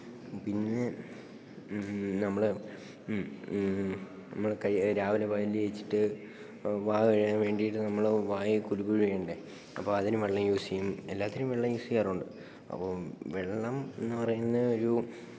പിന്നെ നമ്മള് ഉം നമ്മള് കൈ രാവിലെ പല്ലു തേച്ചിട്ട് വായ കഴുകാന് വേണ്ടിയിട്ട് നമ്മള് വായ കുലുക്കുഴിയണ്ടേ അപ്പോള് അതിന് വെള്ളം യൂസ് ചെയ്യും എല്ലാത്തിനും വെള്ളം യൂസ് ചെയ്യാറുണ്ട് അപ്പോള് വെള്ളം എന്നു പറയുന്ന ഒരു